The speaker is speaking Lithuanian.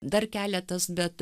dar keletas bet